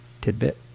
tidbit